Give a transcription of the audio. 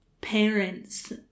parents